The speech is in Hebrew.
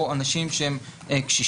או אנשים קשישים,